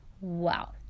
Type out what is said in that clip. Wow